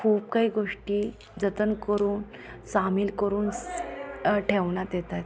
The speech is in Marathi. खूप काही गोष्टी जतन करून सामील करून स ठेवण्यात येतात